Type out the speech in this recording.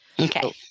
Okay